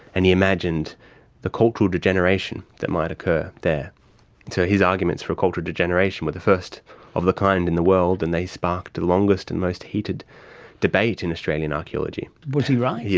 and he imagined the cultural degeneration that might occur there. so his arguments for cultural degeneration were the first of the kind in the world and they sparked the longest and most heated debate in australian archaeology. was he right? yeah